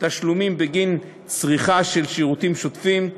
תשלומים בגין צריכה של שירותים שוטפים,